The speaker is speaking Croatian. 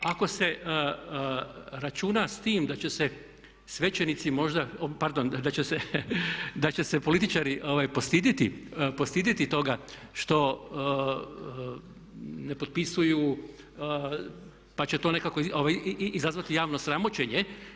Ako se računa s tim da će se svećenici možda, pardon da će se političari postidjeti toga što ne potpisuju, pa će to nekako izazvati javno sramoćenje.